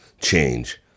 change